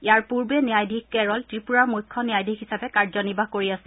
ইয়াৰ পূৰ্বে ন্যায়াধীশ কেৰল ত্ৰিপুৰাৰ মুখ্য ন্যায়াধীশ হিচাপে কাৰ্যনিৰ্বাহ কৰি আছিল